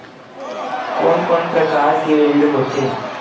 कोन कोन प्रकार के ऋण होथे?